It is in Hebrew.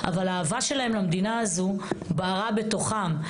אבל האהבה שלהם למדינה הזו בערה בתוכם.